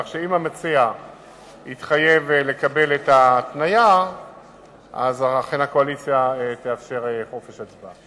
כך שאם המציע יתחייב לקבל את ההתניה אכן הקואליציה תאפשר חופש הצבעה.